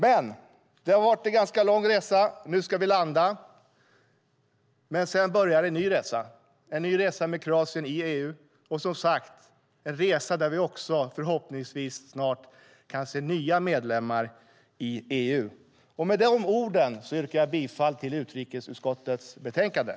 Det har som sagt varit en ganska lång resa, och nu ska vi landa för att sedan påbörja en ny resa med Kroatien i EU. Det är en resa där vi förhoppningsvis snart kan se fler nya medlemmar i EU. Med dessa ord yrkar jag bifall till utrikesutskottets förslag i betänkandet.